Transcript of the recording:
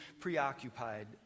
preoccupied